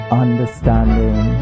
understanding